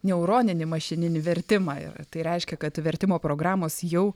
neuroninį mašininį vertimą ir tai reiškia kad vertimo programos jau